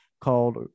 called